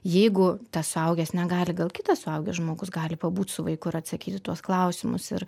jeigu tas suaugęs negali gal kitas suaugęs žmogus gali pabūt su vaiku ir atsakyt į tuos klausimus ir